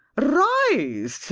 rise, sir,